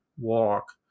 walk